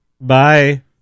bye